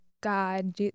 God